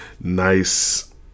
nice